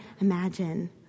imagine